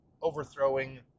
overthrowing